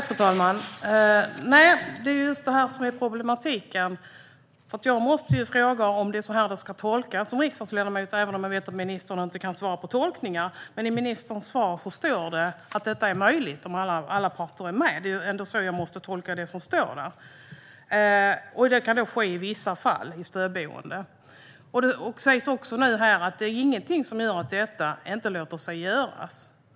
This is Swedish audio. Fru talman! Det är just det här som är problematiken. Jag måste ju fråga om det är så här jag ska tolka det som riksdagsledamot. Jag vet att ministern inte kan svara vad gäller tolkningar, men i ministerns svar står det att detta är möjligt om alla parter är med. Det är ändå så jag måste tolka det som står där. Det kan då i vissa fall ske i stödboenden. Det sägs nu också här att det inte finns något som gör att detta inte skulle låta sig göras.